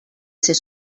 ser